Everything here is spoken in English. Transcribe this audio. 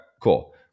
cool